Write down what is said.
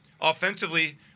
offensively